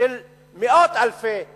של מאות אלפי אזרחים.